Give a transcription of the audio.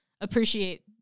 appreciate